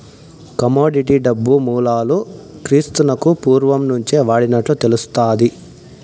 commodity డబ్బు మూలాలు క్రీస్తునకు పూర్వం నుంచే వాడినట్లు తెలుస్తాది